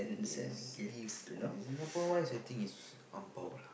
yes gift in Singapore wise I think is ang bao lah